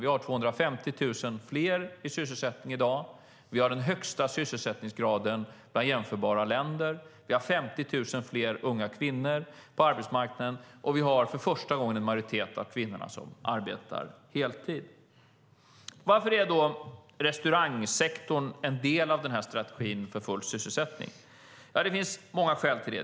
Vi har 250 000 fler i sysselsättning i dag, vi har den högsta sysselsättningsgraden bland jämförbara länder, vi har 50 000 fler unga kvinnor på arbetsmarknaden och för första gången arbetar en majoritet av kvinnorna heltid. Varför är då restaurangsektorn en del av den här strategin för full sysselsättning? Det finns många skäl till det.